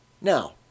Now